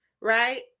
right